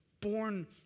Born